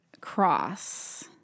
cross